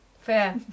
Fair